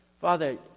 father